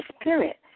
spirit